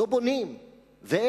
לא בונים ואין.